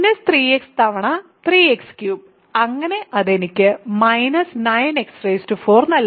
3x തവണ 3x3 അങ്ങനെ അത് എനിക്ക് 9x4 നൽകും